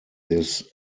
this